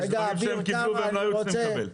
יש דברים שהם קיבלו והם לא היו צריכים לקבל.